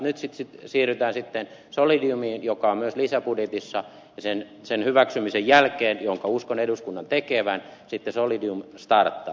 nyt siirrytään sitten solidiumiin joka on myös lisäbudjetissa ja sen hyväksymisen jälkeen jonka uskon eduskunnan tekevän sitten solidium starttaa